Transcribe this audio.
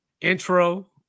intro